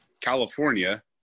California